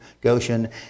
Goshen